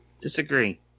Disagree